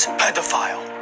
pedophile